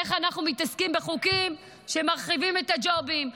איך אנחנו מתעסקים בחוקים שמרחיבים את הג'ובים,